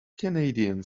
canadian